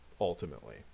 ultimately